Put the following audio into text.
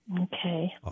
Okay